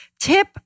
tip